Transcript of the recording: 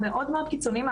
המאוד קיצוניים,